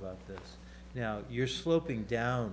about this now you're sloping down